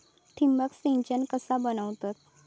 ठिबक सिंचन कसा बनवतत?